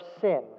sin